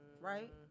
right